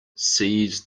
seize